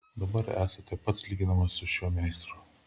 dabar esate pats lyginamas su šiuo meistru